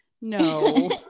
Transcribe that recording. No